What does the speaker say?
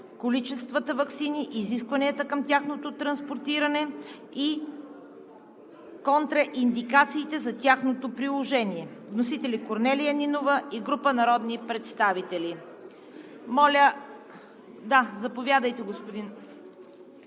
количествата ваксини, изискванията към тяхното транспортиране и контраиндикациите за тяхното приложение. Вносители – Корнелия Нинова и група народни представители. (Реплика от народния